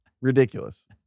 ridiculous